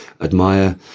admire